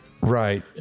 right